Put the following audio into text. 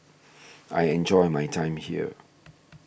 I enjoy my time here